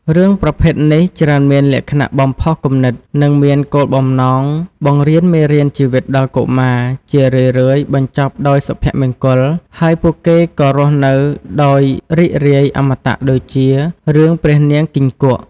រឿងប្រភេទនេះច្រើនមានលក្ខណៈ បំផុសគំនិត និងមានគោលបំណងបង្រៀនមេរៀនជីវិតដល់កុមារ ជារឿយៗបញ្ចប់ដោយសុភមង្គល ហើយពួកគេក៏រស់នៅដោយរីករាយជាអមតៈដូចជា រឿងព្រះនាងគង្គីក់ ។